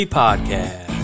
podcast